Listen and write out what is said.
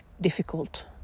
difficult